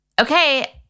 Okay